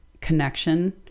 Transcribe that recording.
connection